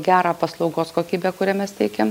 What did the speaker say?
gerą paslaugos kokybę kurią mes teikiam